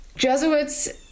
Jesuits